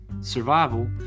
survival